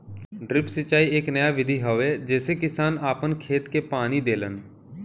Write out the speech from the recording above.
drip सिंचाई एक नया विधि हवे जेसे किसान आपन खेत के पानी देलन